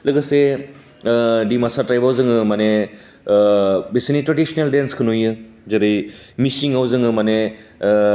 लोगोसे डिमासा ट्रापआव जोङो माने बिसिथ' डिसकार डेनसखौ नुयो जेरै मिसिङाव जोङो माने